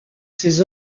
ses